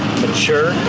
mature